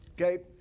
Okay